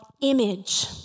image